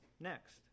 next